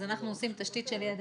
אז אנחנו עושים תשתית של ידע,